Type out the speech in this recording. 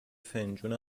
فنجون